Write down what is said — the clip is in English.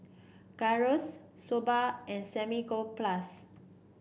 Gyros Soba and Samgyeopsal